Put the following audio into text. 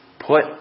Put